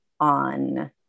on